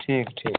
ठीक ठीक